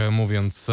mówiąc